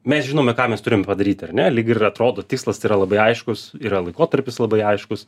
mes žinome ką mes turim padaryt ar ne lyg ir atrodo tikslas tai yra labai aiškus yra laikotarpis labai aiškus